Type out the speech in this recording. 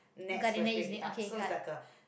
nets flash pay c~ so it's like a